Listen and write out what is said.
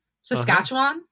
Saskatchewan